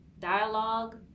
dialogue